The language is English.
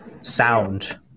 sound